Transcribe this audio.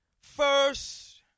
First